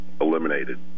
eliminated